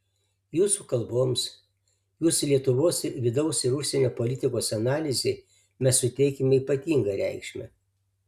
jūsų kalboms jūsų lietuvos vidaus ir užsienio politikos analizei mes suteikiame ypatingą reikšmę